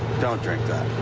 don't drink that.